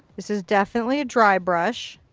this is definitely a dry brush.